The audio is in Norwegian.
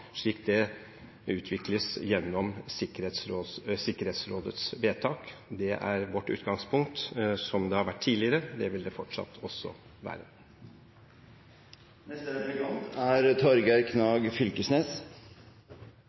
slik det utvikles gjennom Sikkerhetsrådets vedtak. Det er vårt utgangspunkt, som det har vært tidligere. Det vil det fortsatt også